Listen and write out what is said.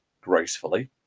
gracefully